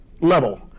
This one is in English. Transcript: level